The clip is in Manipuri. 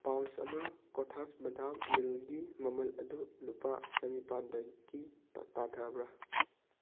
ꯄꯥꯎꯜꯁ ꯑꯃ ꯀꯣꯊꯥꯁ ꯕꯗꯥꯝ ꯃꯤꯜꯒꯤ ꯃꯃꯜ ꯑꯗꯨ ꯂꯨꯄꯥ ꯆꯅꯤꯄꯥꯜꯗꯒꯤ ꯇꯥꯊꯕ꯭ꯔꯥ